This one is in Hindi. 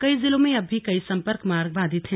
कई जिलों में अब भी कई संपर्क मार्ग बाधित हैं